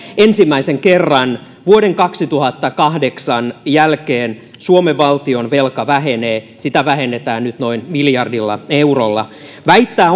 ensimmäisen kerran vuoden kaksituhattakahdeksan jälkeen suomen valtionvelka vähenee sitä vähennetään nyt noin miljardilla eurolla väittää